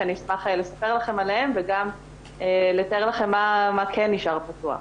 שאשמח לספר לכם עליהם וגם לתאר לכם מה כן נשאר פתוח.